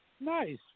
Nice